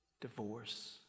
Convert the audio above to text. divorce